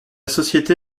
société